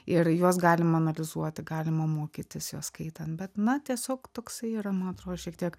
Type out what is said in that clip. ir juos galima analizuoti galima mokytis juos skaitant bet na tiesiog toksai yra man atrodo šiek tiek